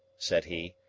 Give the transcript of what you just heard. said he,